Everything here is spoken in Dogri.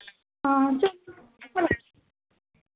हां चलो